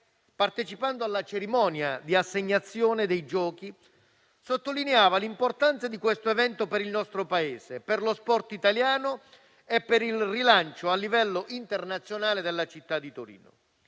partecipando alla cerimonia di assegnazione dei giochi, sottolineava l'importanza dell'evento per il nostro Paese, per lo sport italiano e per il rilancio a livello internazionale della città di Torino.